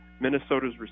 Minnesota's